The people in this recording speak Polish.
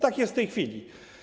Tak jest w tej chwili.